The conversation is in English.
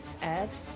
Ads